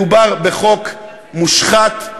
מדובר בחוק מושחת,